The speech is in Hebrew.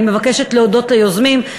אני מבקשת להודות ליוזמים,